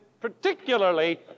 particularly